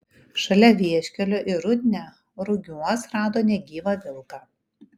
šalia vieškelio į rudnią rugiuos rado negyvą vilką